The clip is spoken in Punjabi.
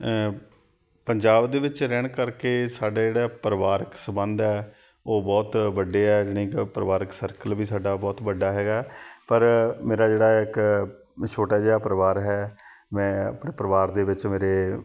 ਪੰਜਾਬ ਦੇ ਵਿੱਚ ਰਹਿਣ ਕਰਕੇ ਸਾਡਾ ਜਿਹੜਾ ਪਰਿਵਾਰਿਕ ਸੰਬੰਧ ਹੈ ਉਹ ਬਹੁਤ ਵੱਡੇ ਆ ਯਾਨੀ ਕਿ ਪਰਿਵਾਰਿਕ ਸਰਕਲ ਵੀ ਸਾਡਾ ਬਹੁਤ ਵੱਡਾ ਹੈਗਾ ਪਰ ਮੇਰਾ ਜਿਹੜਾ ਇੱਕ ਛੋਟਾ ਜਿਹਾ ਪਰਿਵਾਰ ਹੈ ਮੈਂ ਆਪਣੇ ਪਰਿਵਾਰ ਦੇ ਵਿੱਚ ਮੇਰੇ